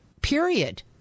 period